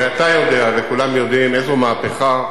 הרי אתה יודע וכולם יודעים איזו מהפכה.